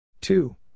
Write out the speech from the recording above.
two